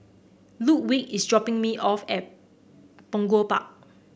Ludwig is dropping me off at Punggol Park